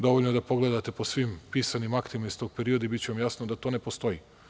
Dovoljno je da pogledate po svim pisanim aktima iz tog perioda i biće vam jasno da to ne postoji.